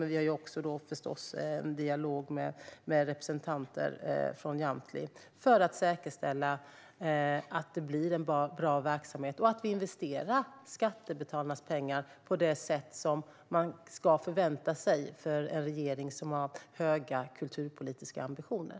Men vi har förstås också en dialog med representanter från Jamtli för att säkerställa att det blir en bra verksamhet och att vi investerar skattebetalarnas pengar på det sätt som man ska förvänta sig av en regering som har höga kulturpolitiska ambitioner.